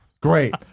Great